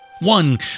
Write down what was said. One